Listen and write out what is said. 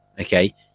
okay